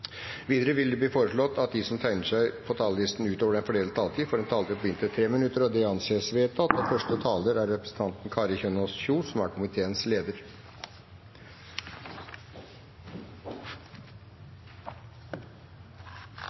Videre blir det foreslått at de som tegner seg på talerlisten utover den fordelte taletid, får en taletid på inntil 3 minutter. – Det anses vedtatt. I dag skal vi vedta et meget godt helsebudsjett, som